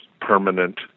permanent